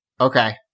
Okay